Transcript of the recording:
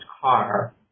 car